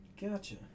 Gotcha